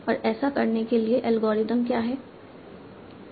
और ऐसा करने के लिए एल्गोरिथ्म क्या है